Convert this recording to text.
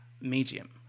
medium